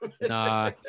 Nah